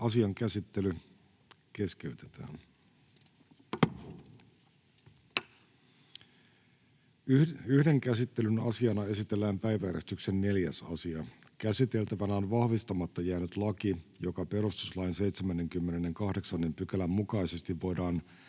vp) Time: N/A Content: Yhden käsittelyn asiana esitellään päiväjärjestyksen 4. asia. Käsiteltävänä on vahvistamatta jäänyt laki, joka perustuslain 78 §:n mukaisesti voidaan